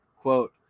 Quote